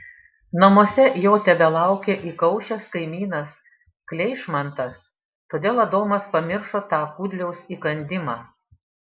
namuose jo tebelaukė įkaušęs kaimynas kleišmantas todėl adomas pamiršo tą kudliaus įkandimą